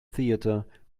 theater